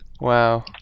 Wow